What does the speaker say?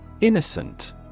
Innocent